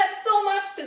so much